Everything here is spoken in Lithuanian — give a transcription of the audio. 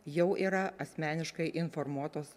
jau yra asmeniškai informuotos